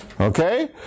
Okay